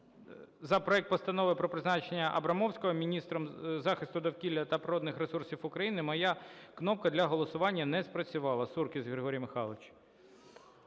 за проект Постанови про призначення Абрамовського міністром захисту довкілля та природних ресурсів України моя кнопка для голосування не спрацювала. Суркіс Григорій Михайлович".